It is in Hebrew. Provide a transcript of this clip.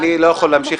אני לא יכול להמשיך,